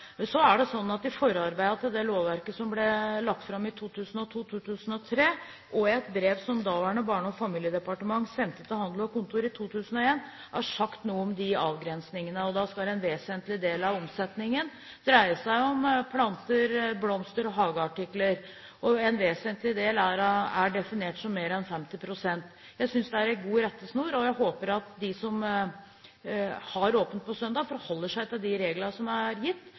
Så er det sånn at i forarbeidene til det lovverket som ble lagt fram i 2002–2003 og i et brev som daværende Barne- og familiedepartementet sendte til Handel og Kontor i 2001, er det sagt noe om de avgrensningene: En vesentlig del av omsetningen skal dreie seg om planter, blomster og hageartikler. «En vesentlig del» er definert som mer enn 50 pst. Jeg synes det er en god rettesnor, og jeg håper at de som har åpent på søndag, forholder seg til de reglene som er gitt.